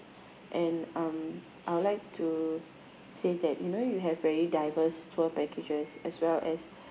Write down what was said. and um I would like to say that you know you have very diverse tour packages as well as